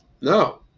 No